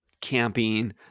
camping